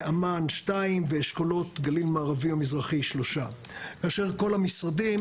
אמ"ן 2 ואשכולות גליל מערבי ומזרחי 3. כאשר כל המשרדים